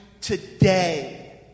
today